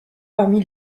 parmi